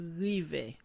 rive